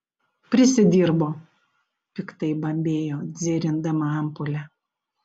prisidirbo piktai bambėjo dzirindama ampulę